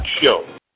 show